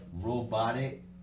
robotic